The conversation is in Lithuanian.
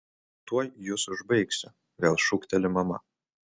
tuoj jus užbaigsiu vėl šūkteli mama